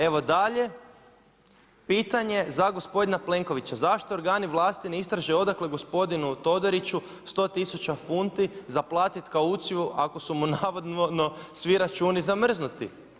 Evo dalje, pitanje za gospodina Plenkovića, zašto organi vlasti ne istraže odakle gospodinu Todoriću 10000 funti za platit kauciju ako su mu navodno svi računi zamrznuti.